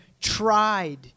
tried